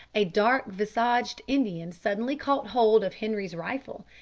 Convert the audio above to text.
a dark-visaged indian suddenly caught hold of henri's rifle,